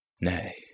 nay